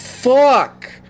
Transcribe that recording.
Fuck